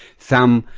some,